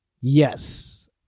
Yes